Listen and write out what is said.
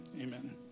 Amen